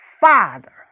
Father